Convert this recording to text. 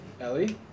Ellie